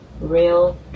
real